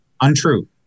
Untrue